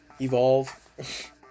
evolve